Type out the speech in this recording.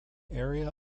area